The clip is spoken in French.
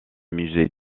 musée